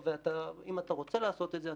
ואם אתה רוצה לעשות את זה,